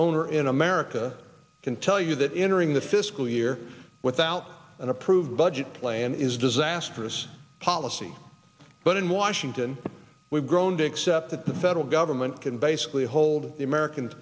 owner in america can tell you that entering the fiscal year without an approved budget plan is disastrous policy but in washington we've grown to accept that the federal government can basically hold the american